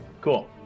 cool